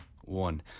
one